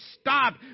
stop